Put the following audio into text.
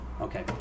Okay